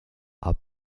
are